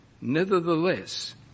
Nevertheless